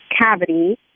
cavity